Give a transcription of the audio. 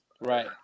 Right